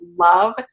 love